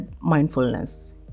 mindfulness